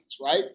right